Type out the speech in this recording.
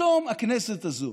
פתאום הכנסת הזאת,